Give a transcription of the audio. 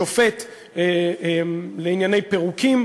לשופט לענייני פירוקים,